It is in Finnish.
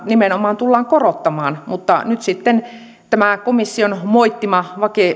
nimenomaan tullaan korottamaan mutta nyt sitten tämä komission moittima